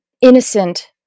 innocent